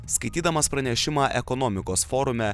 skaitydamas pranešimą ekonomikos forume